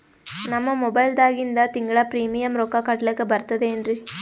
ನಮ್ಮ ಮೊಬೈಲದಾಗಿಂದ ತಿಂಗಳ ಪ್ರೀಮಿಯಂ ರೊಕ್ಕ ಕಟ್ಲಕ್ಕ ಬರ್ತದೇನ್ರಿ?